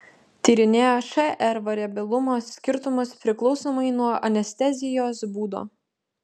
tyrinėjo šr variabilumo skirtumus priklausomai nuo anestezijos būdo